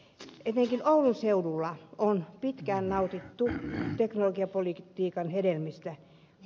etenkin oulun seudulla on pitkään nautittu teknologiapolitiikan hedelmistä